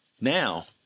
Now